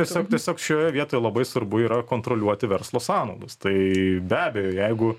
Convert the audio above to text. tiesiog tiesiog šioje vietoje labai svarbu yra kontroliuoti verslo sąnaudas tai be abejo jeigu